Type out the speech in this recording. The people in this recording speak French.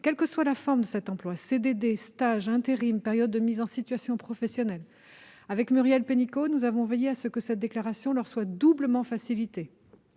quelle que soit la forme de cet emploi- CDD, stage, intérim, période de mise en situation professionnelle. Muriel Pénicaud et moi-même avons veillé à ce que cette déclaration leur soit doublement facilitée.